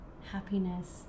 happiness